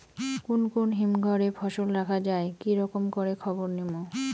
কুন কুন হিমঘর এ ফসল রাখা যায় কি রকম করে খবর নিমু?